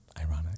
ironic